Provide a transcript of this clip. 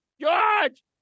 George